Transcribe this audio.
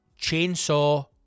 chainsaw